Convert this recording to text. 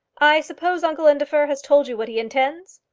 i suppose uncle indefer has told you what he intends?